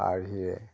আৰ্হিৰে